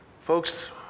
Folks